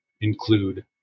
include